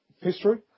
history